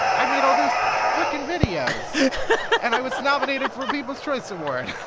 i'd made all those frikkin videos and i was nominated for a people's choice award